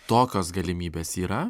tokios galimybės yra